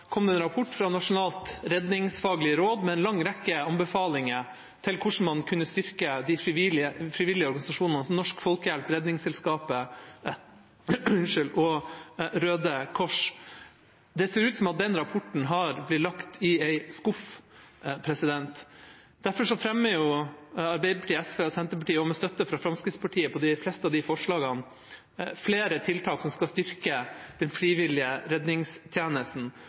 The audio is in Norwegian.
kom det en rapport fra Nasjonalt Redningsfaglig Råd med en lang rekke anbefalinger om hvordan man kunne styrke de frivillige organisasjonene, som Norsk Folkehjelp, Redningsselskapet og Røde Kors. Det ser ut som at den rapporten har blitt lagt i en skuff. Derfor fremmer Arbeiderpartiet, SV og Senterpartiet – og med støtte fra Fremskrittspartiet på de fleste av forslagene – flere tiltak som skal styrke den frivillige redningstjenesten.